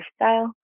lifestyle